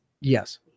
Yes